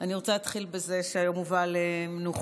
אני רוצה להתחיל בזה שהיום הובא למנוחות